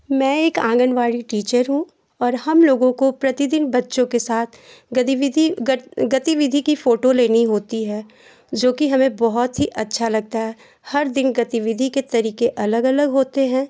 मैं एक आंगनबाड़ी टीचर हूँ पर हम लोगों को प्रतिदिन बच्चों के साथ गतिविधि गतिविधि की फोटो लेनी होती है जोकि हमें बहुत ही अच्छा लगता है हर दिन गतिविधि के तरीके अलग अलग होते हैं